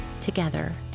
together